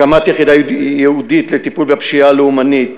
הקמת יחידה ייעודית לטיפול בפשיטה הלאומנית,